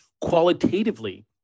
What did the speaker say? qualitatively